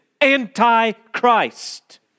Antichrist